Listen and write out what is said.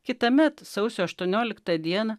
kitąmet sausio aštuonioliktą dieną